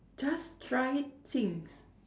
just try it things